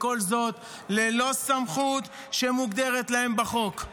וכל זאת ללא סמכות שמוגדרת להם בחוק.